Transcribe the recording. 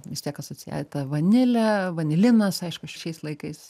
vis tiek asocia ta vanilė vanilinas aišku šiais laikais